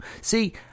See